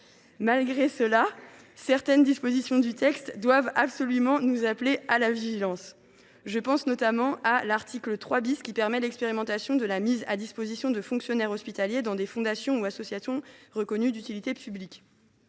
rediscuter. D’autres dispositions du texte doivent absolument nous appeler à la vigilance. Je pense notamment à l’article 3 , qui prévoit l’expérimentation de la mise à disposition de fonctionnaires hospitaliers dans des fondations ou associations reconnues d’utilité publique.